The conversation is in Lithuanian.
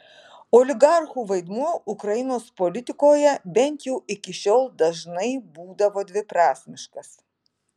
oligarchų vaidmuo ukrainos politikoje bent jau iki šiol dažnai būdavo dviprasmiškas